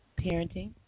parenting